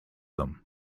them